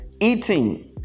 eating